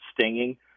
stinging